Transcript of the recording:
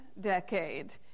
decade